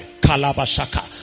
Kalabashaka